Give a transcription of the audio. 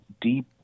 deep